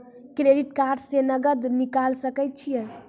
Credit card से नगद निकाल सके छी?